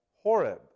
Horeb